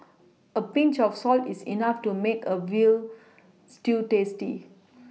a Pinch of salt is enough to make a veal stew tasty